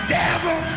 devil